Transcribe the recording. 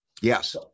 Yes